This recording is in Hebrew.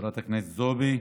חברת הכנסת זועבי.